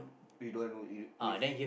you don't want to no you wait